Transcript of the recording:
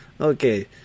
Okay